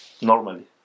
normally